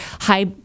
high